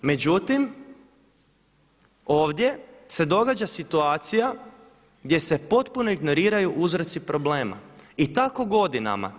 Međutim ovdje se događa situacija gdje se potpuno ignoriraju uzroci problema i tako godinama.